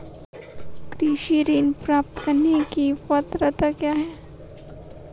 कृषि ऋण प्राप्त करने की पात्रता क्या है?